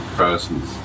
persons